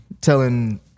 telling